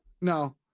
No